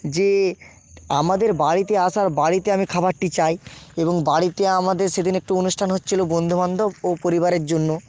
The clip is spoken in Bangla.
যে আমাদের বাড়িতে আসার বাড়িতে আমি খাবারটি চাই এবং বাড়িতে আমাদের সেদিন একটু অনুষ্ঠান হচ্ছিলো বন্ধু বান্ধব ও পরিবারের জন্য